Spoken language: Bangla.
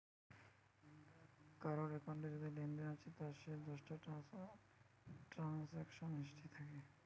কারুর একাউন্টে যদি লেনদেন হচ্ছে তার শেষ দশটা ট্রানসাকশান হিস্ট্রি থাকে